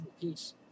piece